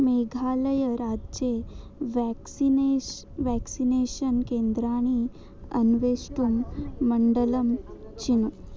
मेघालयराज्ये व्याक्सिनेश् व्याक्सिनेषन् केन्द्राणि अन्वेष्टुं मण्डलं चिनु